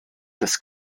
des